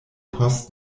post